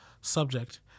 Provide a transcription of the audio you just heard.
subject